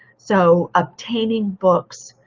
so obtaining books,